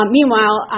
Meanwhile